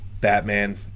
Batman